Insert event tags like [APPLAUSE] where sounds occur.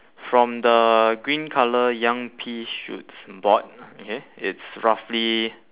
from the green colour young pea shoots board [NOISE] okay it's roughly